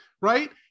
Right